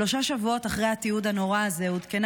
שלושה שבועות אחרי התיעוד הנורא הזה עודכנה